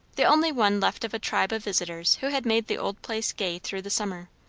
the only one left of a tribe of visitors who had made the old place gay through the summer.